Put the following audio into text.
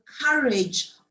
courage